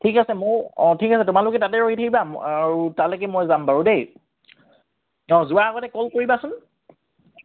ঠিক আছে ময়ো অঁ ঠিক আছে তোমালোকে তাতে ৰৈ থাকিবা ম আৰু তালৈকে মই যাম বাৰু দেই অঁ যোৱাৰ আগতে কল কৰিবাচোন